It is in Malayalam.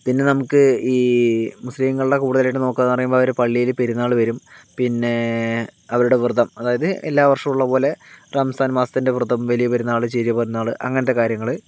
പിന്നെ നമുക്ക് ഈ മുസ്ലീംങ്ങളുടെ കൂടുതലായിട്ട് നോക്കാന്ന് പറയുമ്പോൾ അവരുടെ പള്ളിയിലെ പെരുന്നാൾ വരും പിന്നേ അവരുടെ വ്രതം എല്ലാ വർഷവും ഉള്ളതുപോലെ റംസാൻ മാസത്തിന്റെ വ്രതം വല്ല്യ പെരുന്നാള് ചെറിയ പെരുന്നാള് അങ്ങനത്തെ കാര്യങ്ങള്